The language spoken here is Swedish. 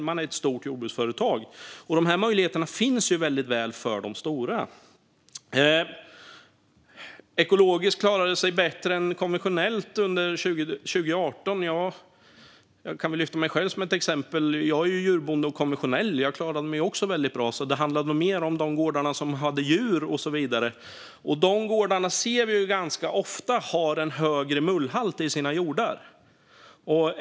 Man är ett stort jordbruksföretag. Dessa möjligheter finns för de stora. Emma Nohrén var inne på att ekologiskt klarade sig bättre än konventionellt under 2018. Jag kan ta mig själv som exempel. Jag är djurbonde och konventionell, och jag klarade mig också väldigt bra. Det handlade nog mer om de gårdar som hade djur och så vidare. Vi ser att dessa gårdar ganska ofta har en högre mullhalt i sina jordar.